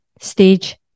stage